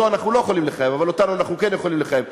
כי אותו אנחנו לא יכולים לחייב אבל אותנו אנחנו כן יכולים לחייב,